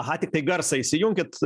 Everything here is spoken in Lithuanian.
aha tiktai garsą įsijunkit